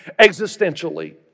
existentially